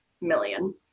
million